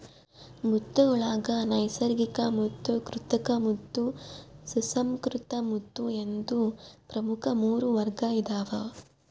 ಮುತ್ತುಗುಳಾಗ ನೈಸರ್ಗಿಕಮುತ್ತು ಕೃತಕಮುತ್ತು ಸುಸಂಸ್ಕೃತ ಮುತ್ತು ಎಂದು ಪ್ರಮುಖ ಮೂರು ವರ್ಗ ಇದಾವ